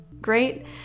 great